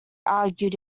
argued